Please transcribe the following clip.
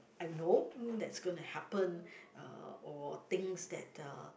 I know that's gonna happen uh or things that uh